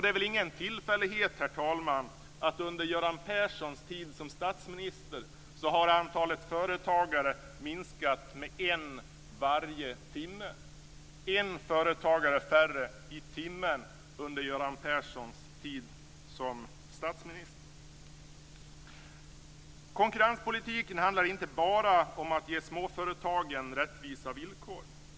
Det är ingen tillfällighet, herr talman, att antalet företagare under Göran Perssons tid som statsminister har minskat med en varje timme, en företagare färre i timmen under Göran Konkurrenspolitiken handlar inte bara om att ge småföretagen rättvisa villkor.